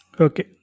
Okay